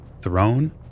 throne